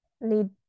need